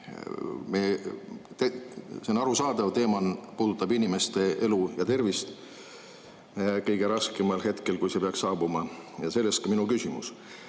See on arusaadav, teema puudutab inimeste elu ja tervist kõige raskemal hetkel, kui see peaks saabuma. Sellest ka minu küsimus.Me